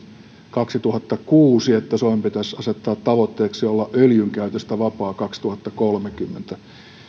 kaksituhattakuusi että suomen pitäisi asettaa tavoitteeksi olla öljyn käytöstä vapaa kaksituhattakolmekymmentä